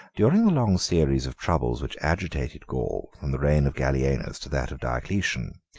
during the long series of troubles which agitated gaul, from the reign of gallienus to that of diocletian,